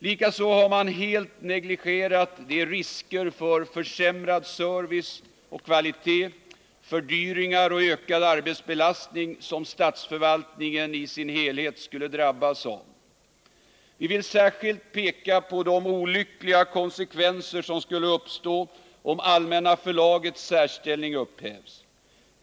Likaså har man helt negligerat de risker för försämrad service och kvalitet, fördyringar och ökad arbetsbelastning som statsförvaltningen i dess helhet skulle drabbas av. Vi vill särskilt peka på de olyckliga konsekvenser som skulle uppstå, om Allmänna Förlagets särställning upphävdes.